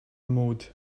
mode